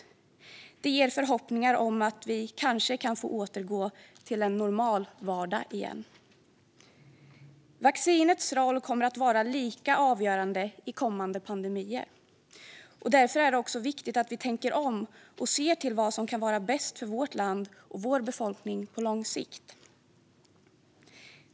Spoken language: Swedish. Det ger förhoppningar om att vi kanske kan få återgå till en normal vardag igen. Vaccinets roll kommer att vara lika avgörande i kommande pandemier. Därför är det också viktigt att vi tänker om och ser till vad som kan vara bäst för vårt land och vår befolkning på lång sikt.